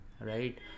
right